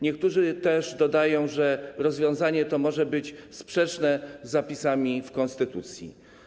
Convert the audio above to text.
Niektórzy też dodają, że rozwiązanie to może być sprzeczne z zapisami konstytucji.